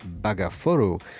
Bagaforo